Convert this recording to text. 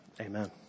amen